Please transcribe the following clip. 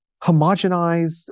homogenized